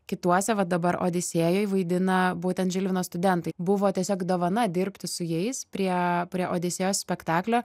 kituose va dabar odisėjoj vaidina būtent žilvino studentai buvo tiesiog dovana dirbti su jais prie prie odisėjos spektaklio